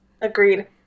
Agreed